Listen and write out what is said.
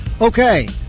Okay